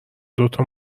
دوتا